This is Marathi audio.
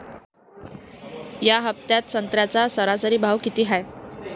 या हफ्त्यात संत्र्याचा सरासरी भाव किती हाये?